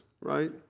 right